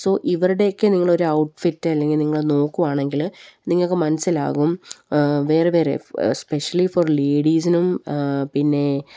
so ഇവരുടെയൊക്കെ നിങ്ങളൊരു outfit അല്ലെങ്കില് നിങ്ങള് നോക്കുകയാണെങ്കില് നിങ്ങള്ക്ക് മനസ്സിലാകും വേറെ വേറെ എസ്പെഷ്യലി ഫോർ ലേഡീസിനും പിന്നെ